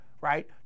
right